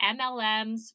MLMs